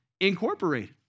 incorporated